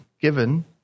given